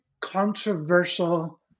controversial